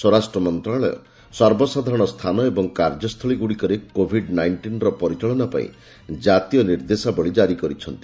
ସ୍ୱରାଷ୍ଟ୍ର ମନ୍ତ୍ରଣାଳୟ ସର୍ବର୍ବସାଧାରଣ ସ୍ଥାନ ଓ କାର୍ଯ୍ୟସ୍ଥଳୀଗୁଡ଼ିକରେ କୋଭିଡ୍ ନାଇଂଟିନ୍ର ପରିଚାଳନା ପାଇଁ ଜାତୀୟ ନିର୍ଦ୍ଦେଶାବଳୀ ଜାରି କରିଚ୍ଛନ୍ତି